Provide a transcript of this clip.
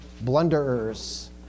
Blunderers